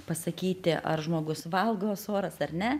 pasakyti ar žmogus valgo soras ar ne